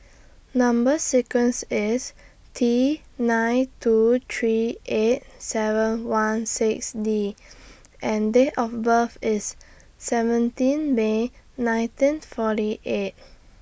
Number sequence IS T nine two three eight seven one six D and Date of birth IS seventeen May nineteen forty eight